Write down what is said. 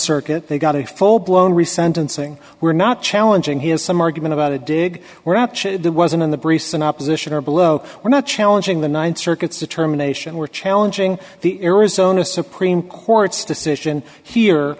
circuit they got a full blown re sentencing we're not challenging here's some argument about a dig we're out there wasn't in the briefs in opposition or below we're not challenging the th circuit's determination we're challenging the arizona supreme court's decision here